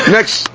Next